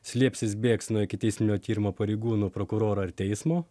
slėpsis bėgs nuo ikiteisminio tyrimo pareigūnų prokuroro ar teismo